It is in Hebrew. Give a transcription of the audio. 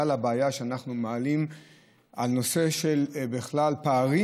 לבעיה שאנחנו מעלים בנושא של פערים בכלל.